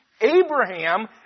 Abraham